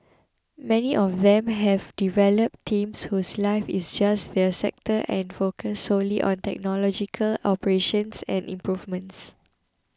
many of them have developed teams whose life is just their sector and focus solely on technological operations and improvements